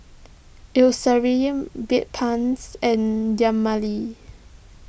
Eucerin Bedpans and Dermale